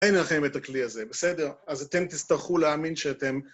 ‫הנה לכם את הכלי הזה, בסדר? ‫אז אתם תצטרכו להאמין שאתם...